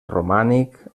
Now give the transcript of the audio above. romànic